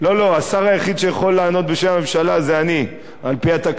השר היחיד שיכול לענות בשם הממשלה הוא אני על-פי התקנון.